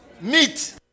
meat